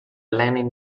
lenin